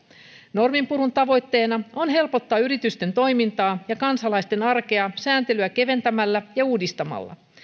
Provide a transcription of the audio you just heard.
norminpurun tavoitteena on helpottaa yritysten toimintaa ja kansalaisten arkea sääntelyä keventämällä ja uudistamalla